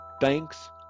Thanks